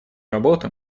работу